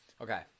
Okay